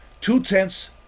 two-tenths